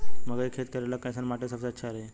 मकई के खेती करेला कैसन माटी सबसे अच्छा रही?